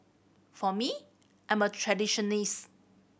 for me I am a traditionalist